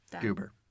Goober